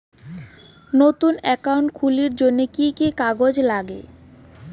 নতুন একাউন্ট খুলির জন্যে কি কি কাগজ নাগে?